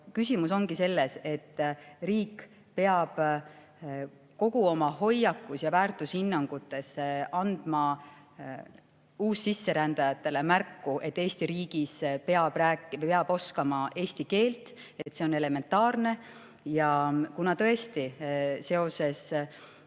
küsimus ongi selles, et riik peab kõigis oma hoiakutes ja väärtushinnangutes andma uussisserändajatele märku, et Eesti riigis peab oskama eesti keelt, see on elementaarne. Kuna tõesti seoses